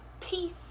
peace